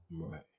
right